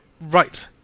Right